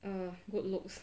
err good looks